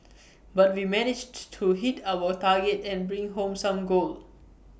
but we managed to hit our target and bring home some gold